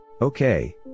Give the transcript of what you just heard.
Okay